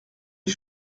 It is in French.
les